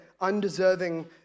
undeserving